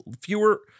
fewer